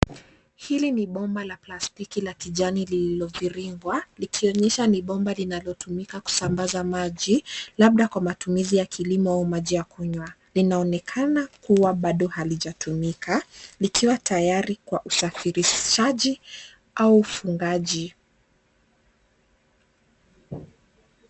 Hili ni bomba la plastiki la kijani lililoviringwa likionyesha ni bomba linalotumika kusambaza maji labda kwa matumizi ya kilimo au maji ya kunywa. Linaonekana kuwa bado halijatumika likiwa tayari kwa usafirishaji au ufungaji.